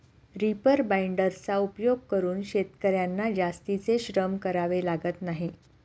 reaper बाइंडर्सचा उपयोग करून शेतकर्यांना जास्तीचे श्रम करावे लागत नाही